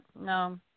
No